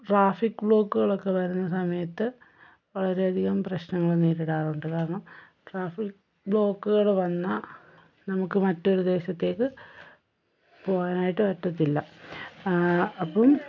traffic ബ്ലോക്കുകളൊക്കെ വരുന്ന സമയത്ത് വളരെയധികം പ്രശ്നങ്ങൾ നേരിടാറുണ്ട് കാരണം ട്രാഫിക് ബ്ലോക്കുകൾ വന്നാൽ നമുക്ക് മറ്റൊരു ദേശത്തേക്ക് പോകാനായിട്ട് പറ്റത്തില്ല അപ്പം